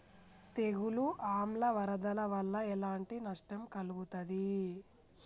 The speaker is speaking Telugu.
తెగులు ఆమ్ల వరదల వల్ల ఎలాంటి నష్టం కలుగుతది?